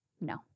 No